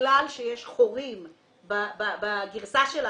בגלל שיש חורים בגרסה שלה.